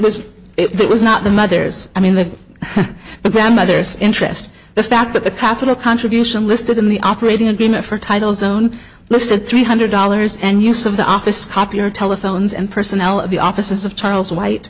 it was not the mother's i mean that the grandmother's interest the fact that the capital contribution listed in the operating agreement for title zone listed three hundred dollars and use of the office copier telephones and personnel of the offices of charles white